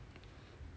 只是那种